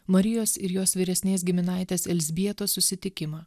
marijos ir jos vyresnės giminaitės elzbietos susitikimą